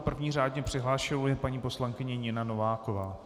První řádně přihlášenou je paní poslankyně Nina Nováková.